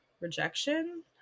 rejection